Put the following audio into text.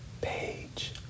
page